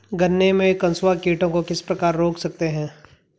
गन्ने में कंसुआ कीटों को किस प्रकार रोक सकते हैं?